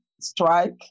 strike